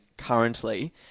Currently